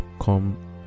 come